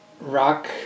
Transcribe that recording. rock